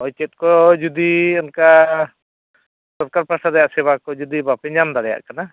ᱦᱳᱭ ᱪᱮᱫ ᱠᱚ ᱡᱩᱫᱤ ᱚᱱᱠᱟ ᱥᱚᱨᱠᱟᱨ ᱯᱟᱥᱴᱟ ᱨᱮᱭᱟᱜ ᱥᱮᱵᱟ ᱠᱚ ᱡᱩᱫᱤ ᱵᱟᱯᱮ ᱧᱟᱢ ᱫᱟᱲᱮᱭᱟᱜ ᱠᱟᱱᱟ